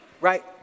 Right